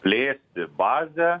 plėsti bazę